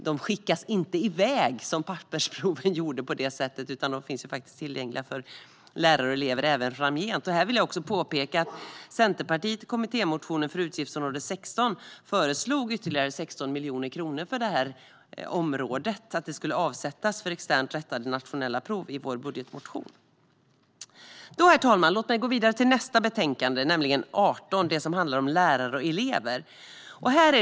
De skickas inte iväg som pappersproven, utan de finns tillgängliga för lärare och elever även framgent. Jag vill påpeka att Centerpartiet i kommittémotionen för utgiftsområde 16 föreslog att ytterligare 16 miljoner kronor skulle avsättas för området externt rättade nationella prov. Det finns i vår budgetmotion. Herr talman! Låt mig gå vidare till nästa betänkande, UbU18, som handlar om lärare och elever.